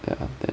ya then